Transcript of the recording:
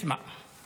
(אומר דברים